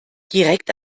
direkt